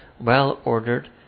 well-ordered